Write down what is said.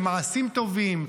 במעשים טובים,